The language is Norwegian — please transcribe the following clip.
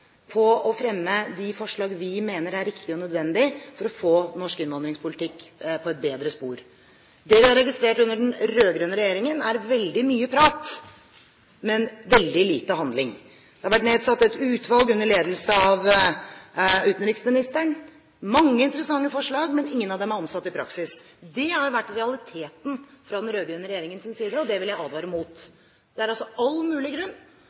på å fremme de forslag vi mener er riktige og nødvendige for å få norsk innvandringspolitikk på et bedre spor. Det vi har registrert under den rød-grønne regjeringen, er veldig mye prat, men veldig lite handling. Det har vært nedsatt et utvalg under ledelse av utenriksministeren – mange interessante forslag, men ingen av dem er omsatt i praksis. Det har vært realiteten fra den rød-grønne regjeringens side, og det vil jeg advare mot. Det er all mulig grunn